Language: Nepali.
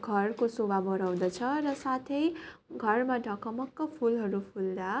घरको शोभा बढाउँदछ र साथै घरमा ढकमक्क फुलहरू फुल्दा